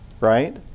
right